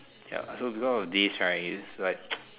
ya so because of this right is like